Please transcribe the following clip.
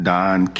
Don